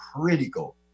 critical